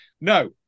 no